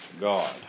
God